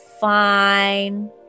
fine